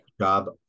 job